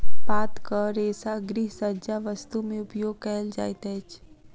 पातक रेशा गृहसज्जा वस्तु में उपयोग कयल जाइत अछि